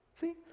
See